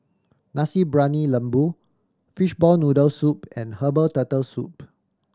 Nasi Briyani Lembu fishball noodle soup and herbal Turtle Soup